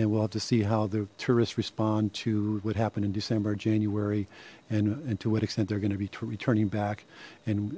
and we'll have to see how the tourists respond to what happened in december january and to what extent they're going to be to returning back and